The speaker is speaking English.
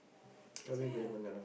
so yeah